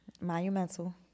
Monumental